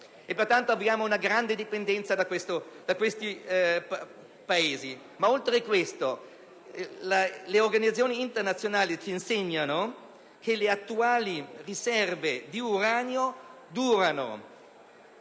abbiamo una grande dipendenza da questi Paesi. Oltre a questo, le organizzazioni internazionali ci insegnano che le attuali riserve di uranio dureranno